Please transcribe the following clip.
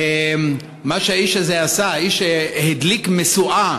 מה שהאיש הזה עושה, האיש שהדליק משואה